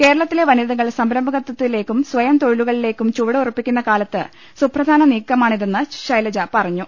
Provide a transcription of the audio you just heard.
കേരളത്തിലെ വനിതകൾ സംരംഭകത്വ ത്തിലേക്കും സ്വയം തൊഴിലുകളിലേക്കും ചുവടുറപ്പിക്കുന്ന കാലത്ത് സുപ്രധാന നീക്കമാണിതെന്ന് ശൈലജ പറഞ്ഞു